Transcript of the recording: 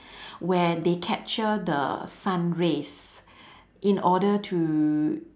where they capture the sun rays in order to